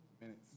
Minutes